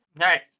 right